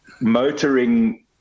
motoring